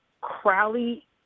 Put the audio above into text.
Crowley